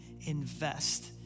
invest